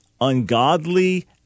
ungodly